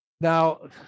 Now